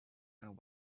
and